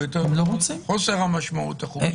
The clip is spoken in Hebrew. או יותר נכון חוסר המשמעות החוקית.